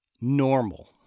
normal